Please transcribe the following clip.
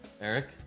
Eric